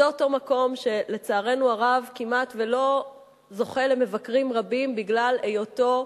זה אותו מקום שלצערנו הרב כמעט שלא זוכה למבקרים רבים בגלל היותו,